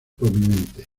prominente